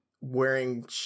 wearing